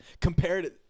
compared